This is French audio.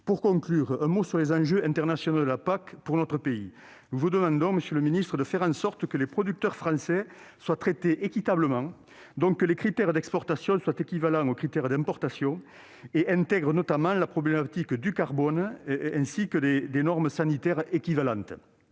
Pour conclure, je dirai un mot sur les enjeux internationaux de la PAC pour notre pays. Monsieur le ministre, nous vous demandons de faire en sorte que les producteurs français soient traités équitablement, donc que les critères d'exportation soient équivalents aux critères d'importation et intègrent notamment la problématique du carbone et des normes sanitaires. Je vous